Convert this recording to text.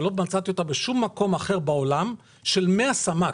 שלא מצאתי אותה בשום מקום אחר בעולם, של 100 סמ"ק.